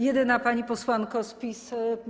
Jedyna Pani Posłanko z PiS!